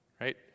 Right